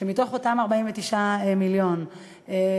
מתוך אותם 49 מיליון שקל,